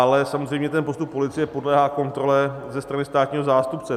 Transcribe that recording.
Ale samozřejmě postup policie podléhá kontrole ze strany státního zástupce.